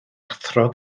athro